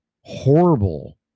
horrible